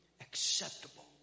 acceptable